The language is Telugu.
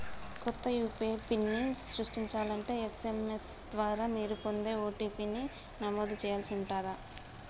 కొత్త యూ.పీ.ఐ పిన్ని సృష్టించాలంటే ఎస్.ఎం.ఎస్ ద్వారా మీరు పొందే ఓ.టీ.పీ ని నమోదు చేయాల్సి ఉంటాది